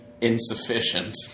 insufficient